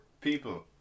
people